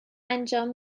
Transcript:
انجام